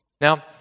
Now